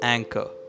Anchor